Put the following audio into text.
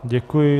Děkuji.